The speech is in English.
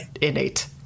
innate